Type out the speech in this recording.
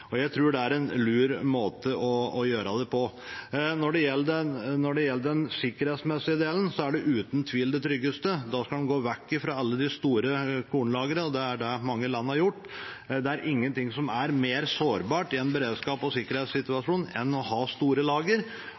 Jeg tror det er en lur måte å gjøre det på. Når det gjelder den sikkerhetsmessige delen, er det uten tvil det tryggeste. Da går en vekk fra alle de store kornlagrene, og det har mange land gjort. Det er ingenting som er mer sårbart i en beredskaps- og sikkerhetssituasjon enn å ha store